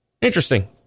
Interesting